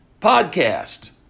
podcast